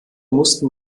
mussten